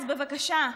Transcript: אז בבקשה.